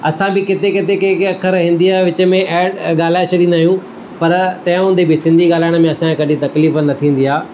असां बि किथे किथे के के अख़र हिंदी या विच में एड ॻाल्हाए छॾींदा आहियूं पर तंहिं हूंदे बि सिंधी ॻाल्हाइणु में असां खे कॾहिं तकलीफ़ु न थींदी आहे